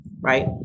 right